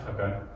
okay